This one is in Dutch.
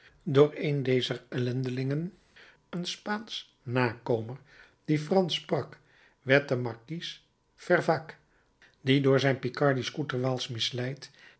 door een dezer ellendelingen een spaansch nakomer die fransch sprak werd de markies fervacques die door zijn picardisch koeterwaalsch misleid